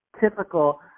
typical